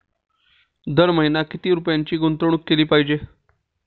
दर महिना किती रुपयांची गुंतवणूक केली पाहिजे?